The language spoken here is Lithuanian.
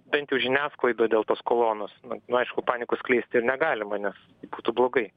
bent jau žiniasklaidoj dėl tos kolonos nu aišku panikos skleisti ir negalima nes būtų blogai